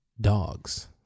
dogs